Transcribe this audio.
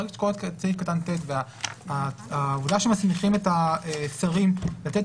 ברגע שאת קוראת את סעיף קטן (ט) והעובדה שמסמיכים את השרים לתת